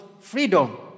freedom